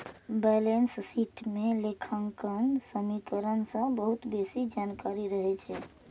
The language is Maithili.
बैलेंस शीट मे लेखांकन समीकरण सं बहुत बेसी जानकारी रहै छै